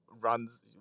runs